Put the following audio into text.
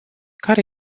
care